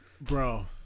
Bro